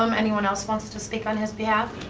um anyone else want to speak on his behalf?